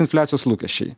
infliacijos lūkesčiai